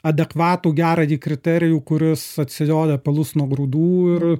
adekvatų gerąjį kriterijų kuris atsijoja pelus nuo grūdų ir